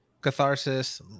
catharsis